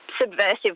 subversive